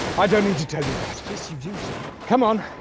i don't need to tell you that. yes, you do, sir. come on.